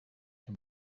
him